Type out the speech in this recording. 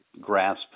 grasp